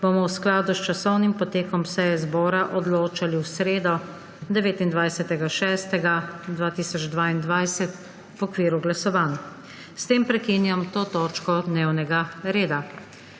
bomo v skladu s časovnim potekom seje zbora odločali v sredo, 29. 6. 2022, v okviru glasovanj. S tem prekinjam to točko dnevnega reda.